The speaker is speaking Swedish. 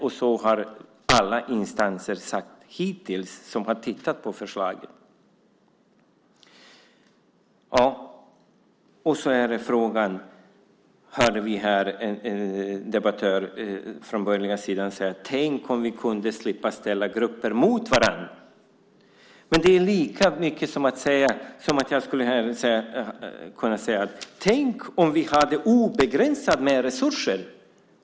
Och så har alla instanser som har tittat på förslaget sagt hittills. Vi hörde en debattör från den borgerliga sidan säga: Tänk om vi kunde slippa ställa grupper mot varandra! Men då skulle jag kunna säga: Tänk om vi hade obegränsat med resurser!